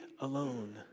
alone